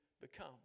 become